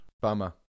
Bummer